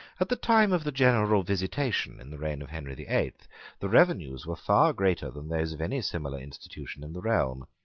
at the time of the general visitation in the reign of henry the eighth the revenues were far greater than those of any similar institution in the realm,